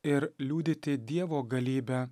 ir liudyti dievo galybę